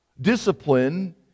discipline